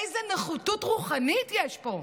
איזו נחיתות רוחנית יש פה.